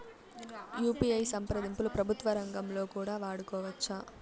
UPI సంప్రదింపులు ప్రభుత్వ రంగంలో కూడా వాడుకోవచ్చా?